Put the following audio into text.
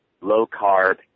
low-carb